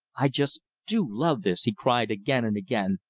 i just do love this! he cried again and again.